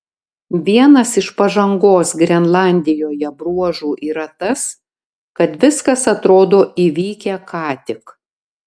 vienas iš pažangos grenlandijoje bruožų yra tas kad viskas atrodo įvykę ką tik